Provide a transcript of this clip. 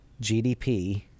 GDP